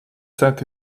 set